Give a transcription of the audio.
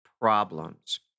problems